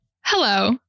Hello